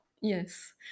yes